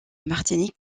martinique